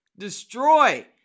Destroy